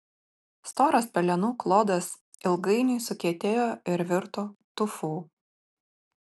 storas pelenų klodas ilgainiui sukietėjo ir virto tufu